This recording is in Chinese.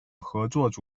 合作